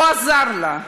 הוא עזר לה,